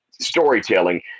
storytelling